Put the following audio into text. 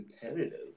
competitive